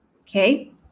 okay